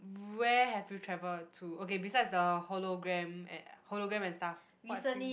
where have you travelled to okay besides the hologram eh hologram and stuff what thing